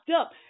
up